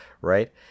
right